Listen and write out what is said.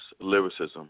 lyricism